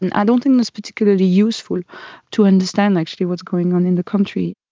and i don't think it's particularly useful to understand actually what's going on in the country.